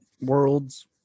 worlds